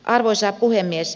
arvoisa puhemies